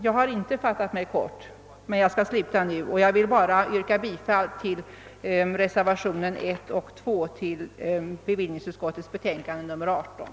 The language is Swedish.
Jag har inte fattat mig kort och jag skall sluta med att yrka bifall till reservationerna 1 och 2 till bevillningsutskottets betänkande nr 18.